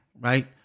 right